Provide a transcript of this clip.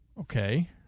Okay